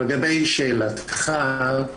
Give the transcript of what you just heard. לגבי שאלתך,